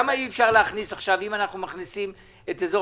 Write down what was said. למה אם אנחנו מכניסים עכשיו את אזור